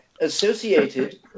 associated